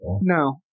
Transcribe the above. No